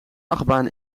achtbaan